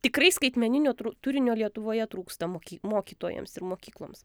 tikrai skaitmeninio turinio lietuvoje trūksta moky mokytojams ir mokykloms